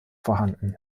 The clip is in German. vorhanden